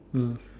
mm